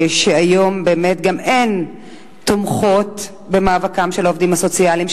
שהיום באמת גם הן תומכות במאבקם של העובדים הסוציאליים.